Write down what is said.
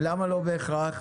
למה לא בהכרח?